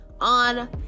on